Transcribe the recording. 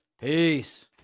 Peace